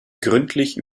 gründlich